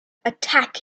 attack